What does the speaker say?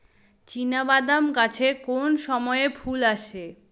চিনাবাদাম গাছে কোন সময়ে ফুল আসে?